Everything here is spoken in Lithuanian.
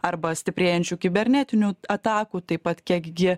arba stiprėjančių kibernetinių atakų taip pat kiek gi